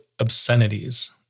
obscenities